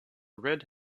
red